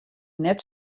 net